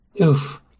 Oof